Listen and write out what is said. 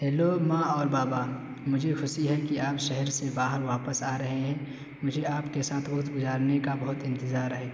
hello ماں اور بابا مجھے خوشی ہے کہ آپ شہر سے باہر واپس آ رہے ہیں مجھے آپ کے ساتھ وقت گزارنے کا بہت انتظار ہے